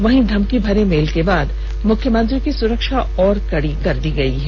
वहीं धमकी भरे मेल के बाद मुख्यमंत्री की सुरक्षा और कड़ी कर दी गयी है